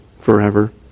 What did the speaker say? forever